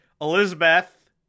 Elizabeth